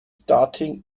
starting